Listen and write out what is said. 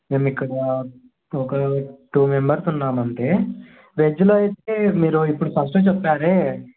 మేము ఇక్కడ ఒక టూ మెంబర్స్ ఉన్నాము అంతే వెజ్లో అయితే మీరు ఇప్పుడు ఫస్ట్ చెప్పారే